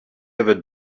ever